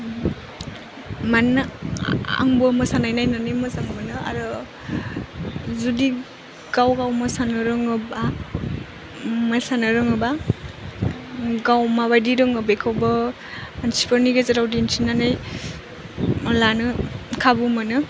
मानोना आंबो मोसानाय नायनानै मोजां मोनो आरो जुदि गाव गाव मोसानो रोङोबा मोसानो रोङोबा गाव माबायदि रोङो बेखौबो मानसिफोरनि गेजेराव दिन्थिनानै लानो खाबु मोनो